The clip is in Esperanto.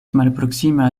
malproksima